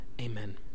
Amen